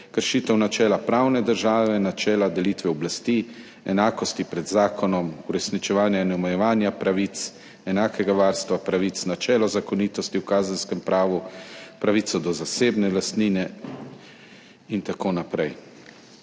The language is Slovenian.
kršitev načela pravne države, načela delitve oblasti, enakosti pred zakonom, uresničevanja in omejevanja pravic, enakega varstva pravic, načelo zakonitosti v kazenskem pravu, pravico do zasebne lastnine in tako naprej.